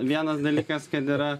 vienas dalykas kad yra